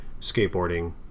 skateboarding